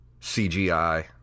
CGI